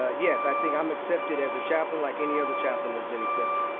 ah yes, i think i'm accepted as a chaplain like any other chaplain has been accepted,